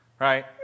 Right